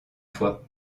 foi